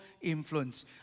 influence